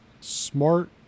smart